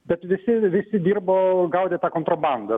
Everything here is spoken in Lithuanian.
bet visi visi dirbo gaudė tą kontrabandą